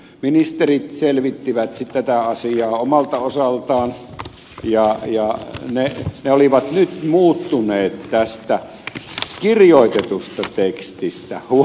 ministerit selvittivät tätä asiaa omalta osaltaan ja ne olivat nyt muuttuneet tästä kirjoitetusta tekstistä huom